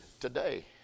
today